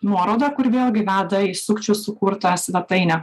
nuoroda kur vėlgi veda į sukčių sukurtą svetainę